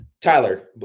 tyler